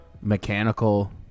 mechanical